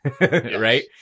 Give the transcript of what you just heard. Right